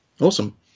Awesome